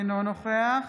אינו נוכח